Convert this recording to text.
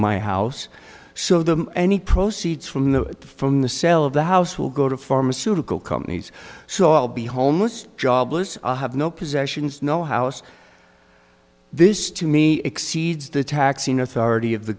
my house so the any proceeds from the from the sale of the house will go to pharmaceutical companies so i'll be homeless jobless i have no possessions no house this to me exceeds the taxing authority of the